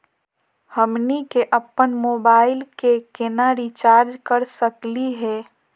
हमनी के अपन मोबाइल के केना रिचार्ज कर सकली हे?